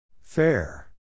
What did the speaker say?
Fair